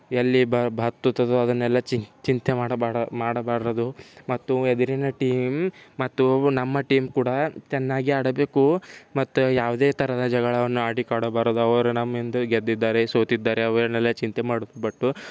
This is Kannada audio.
ಎಲ್ಲಿ ಬತ್ತುತ್ತದೋ ಅದನ್ನೆಲ್ಲ ಚಿಂತೆ ಮಾಡಬಾರದು ಮತ್ತು ಎದುರಿನ ಟೀಮ್ ಮತ್ತು ನಮ್ಮ ಟೀಮ್ ಕೂಡ ಚೆನ್ನಾಗಿ ಆಡಬೇಕು ಮತ್ತು ಯಾವುದೇ ಥರದ ಜಗಳವನ್ನು ಆಡಿ ಕೊಡಬಾರದು ಅವರು ನಮ್ಮಿಂದ ಗೆದ್ದಿದ್ದಾರೆ ಸೋತಿದ್ದಾರೆ ಅವನ್ನೆಲ್ಲ ಚಿಂತೆ ಮಾಡಬಾರದು